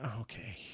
Okay